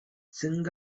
சிங்க